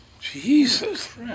Jesus